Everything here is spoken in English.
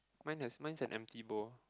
mine has mine is an empty bowl